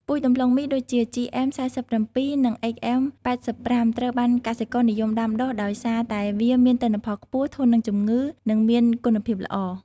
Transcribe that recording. ពូជដំឡូងមីដូចជា GM 47 និង HM 85 ត្រូវបានកសិករនិយមដាំដុះដោយសារតែវាមានទិន្នផលខ្ពស់ ធន់នឹងជំងឺ និងមានគុណភាពល្អ។